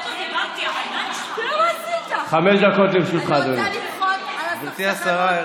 חמש דקות לרשותך, אדוני.